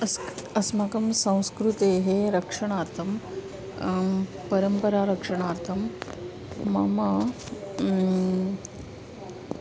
अस्क् अस्माकं संस्कृतेः रक्षणार्थं परम्परारक्षणार्थं मम